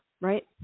right